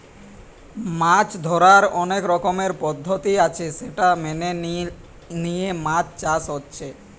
মাছ ধোরার অনেক রকমের পদ্ধতি আছে সেটা মেনে লিয়ে মাছ চাষ হচ্ছে